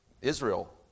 Israel